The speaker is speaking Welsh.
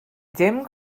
dim